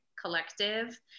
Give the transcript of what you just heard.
collective